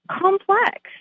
complex